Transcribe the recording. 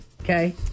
Okay